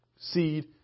seed